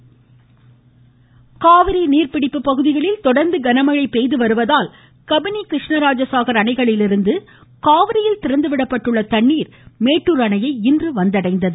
காவிரி காவிரி நீர்ப்பிடிப்பு பகுதிகளில் தொடர்ந்து கனமழை பெய்துவருவதால் கபிணி கிருஷ்ணராஜசாகர் அணைகளிலிருந்து காவிரியில் திறந்துவிடப்பட்டுள்ள தண்ணீர் மேட்டூர் அணையை இன்று வந்தடைந்தது